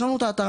יש לנו את האתר,